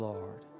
Lord